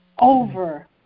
over